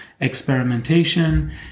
experimentation